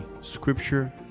Scripture